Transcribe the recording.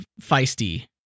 feisty